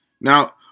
Now